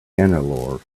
hannelore